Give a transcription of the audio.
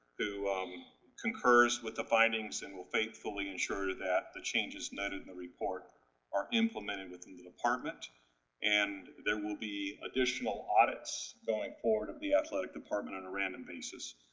who um concurs with the findings and will faithfully ensure that the changes met in the report are implemented within the department and there will be additional audits going forward for the athletic department on a random basis.